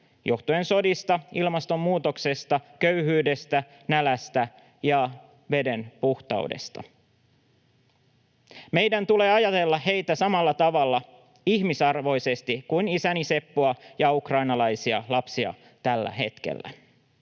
johtuen sodista, ilmastonmuutoksesta, köyhyydestä, nälästä tai puhtaan veden puutteesta. Meidän tulee ajatella heitä samalla tavalla ihmisarvoisesti kuin isääni Seppoa ja ukrainalaisia lapsia tällä hetkellä.